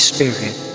Spirit